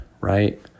right